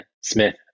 Smith